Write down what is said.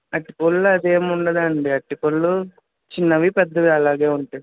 అరటి పళ్ళలో అదేముండదండి అరటి పళ్ళు చిన్నవి పెద్దవి అలాగే ఉంటాయి